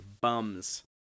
bums